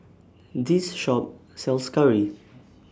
This Shop sells Curry